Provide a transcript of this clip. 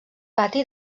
pati